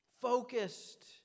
focused